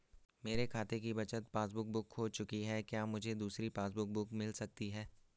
मेरे खाते की बचत पासबुक बुक खो चुकी है क्या मुझे दूसरी पासबुक बुक मिल सकती है?